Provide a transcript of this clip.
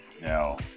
now